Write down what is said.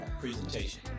Presentation